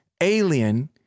alien